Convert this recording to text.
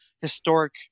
historic